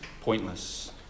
pointless